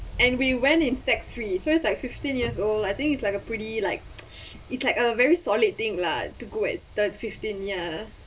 and we went in sec three so it's like fifteen years old I think it's like a pretty like it's like a very solid thing lah to go at thir~ fifteen year